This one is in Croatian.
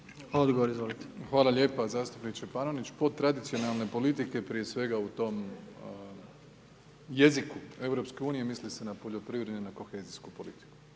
Andrej (HDZ)** Hvala lijepa. Zastupniče Panenić, po tradicionalne politike, prije svega u tom jeziku EU misli se na poljoprivredu i na kohezijsku politiku.